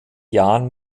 jahren